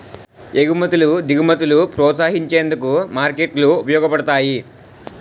ఎగుమతులు దిగుమతులను ప్రోత్సహించేందుకు మార్కెట్లు ఉపయోగపడతాయి